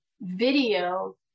video